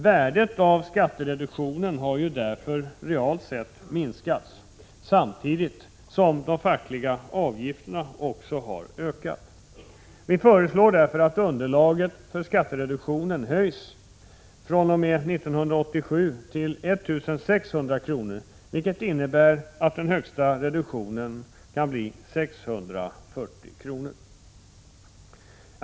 Värdet av skattereduktionen har därför minskat realt sett, samtidigt som de fackliga avgifterna har ökat. Vi föreslår därför att underlaget för skattereduktionen fr.o.m. 1987 höjs till 1 600 kr., vilket innebär att högsta reduktionen kan bli 640 kr.